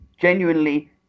genuinely